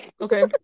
Okay